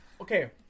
Okay